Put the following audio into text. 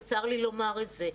וצר לי לומר את זה,